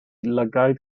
lygaid